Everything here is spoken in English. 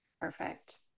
Perfect